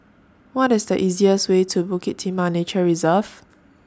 What IS The easiest Way to Bukit Timah Nature Reserve